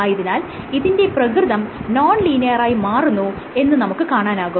ആയതിനാൽ ഇതിന്റെ പ്രകൃതം നോൺ ലീനിയറായി മാറുന്നു എന്ന് നമുക്ക് കാണാനാകും